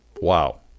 Wow